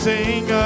Sing